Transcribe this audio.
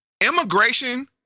Immigration